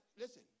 listen